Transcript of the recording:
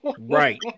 right